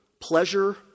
pleasure